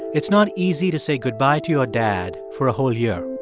it's not easy to say goodbye to your dad for a whole year.